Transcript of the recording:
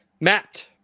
Matt